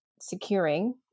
securing